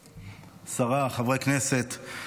השרה, חברי הכנסת,